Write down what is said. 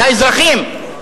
לאזרחים,